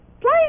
Play